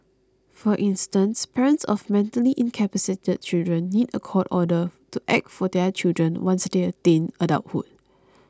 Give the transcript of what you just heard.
for instance parents of mentally incapacitated children need a court order to act for their children once they attain adulthood